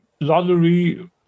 lottery